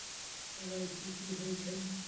KYC कि होई छई?